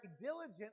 diligent